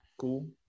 cool